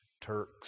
Turks